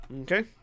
Okay